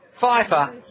pfeiffer